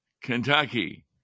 Kentucky